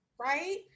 Right